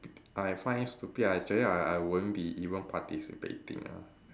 I find it stupid actually I I won't be even participating ah